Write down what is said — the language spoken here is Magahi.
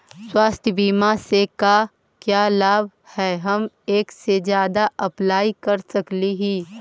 स्वास्थ्य बीमा से का क्या लाभ है हम एक से जादा अप्लाई कर सकली ही?